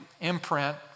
imprint